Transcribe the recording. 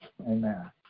Amen